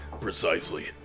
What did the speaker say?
Precisely